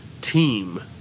team